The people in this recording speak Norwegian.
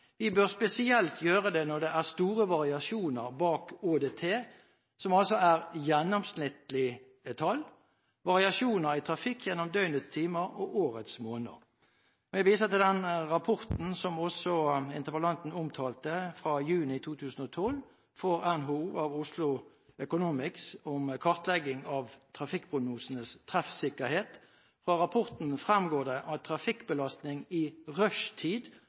Vi bør spesielt gjøre det når det er store variasjoner bak ÅDT, som altså er gjennomsnittlige tall – variasjoner i trafikken gjennom døgnets timer og årets måneder. Jeg viser til den rapporten som også interpellanten omtalte, fra juni 2012, som NHO fikk utført av Oslo Economics, om kartlegging av trafikkprognosenes treffsikkerhet. Av rapporten fremgår det at trafikkbelastning i rushtid